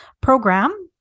program